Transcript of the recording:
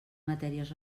matèries